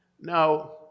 Now